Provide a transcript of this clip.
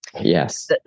Yes